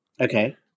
Okay